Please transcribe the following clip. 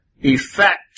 effect